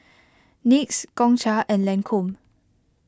Nyx Gongcha and Lancome